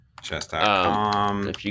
Chess.com